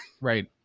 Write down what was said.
right